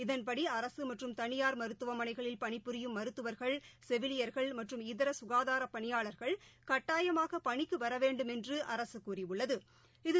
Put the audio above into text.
இதன்படிஅரசுமற்றும் தனியார் மருத்துவமனைகளில் பணி புரியும் மருத்துவர்கள் செவிலியர்கள் மற்றும் இதரசுகாதாரபணியாளர்கள் கட்டாயமாகபணிக்குவரவேண்டுமென்றுஅரசுகூறியுள்ளது